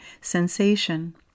sensation